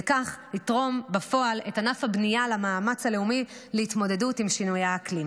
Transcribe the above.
ובכך ירתום בפועל את ענף הבנייה למאמץ הלאומי להתמודד עם שינויי האקלים.